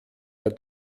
der